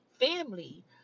Family